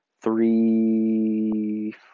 three